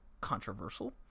controversial